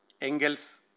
Engels